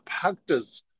Practice